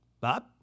Bob